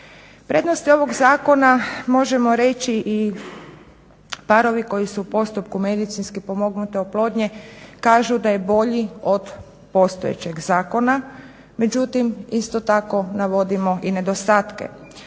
Prednosti ovog zakona možemo reći i parovi koji su u postupku medicinski pomognute oplodnje kažu da je bolji od postojećeg zakona. Međutim, isto tako navodimo i nedostatke.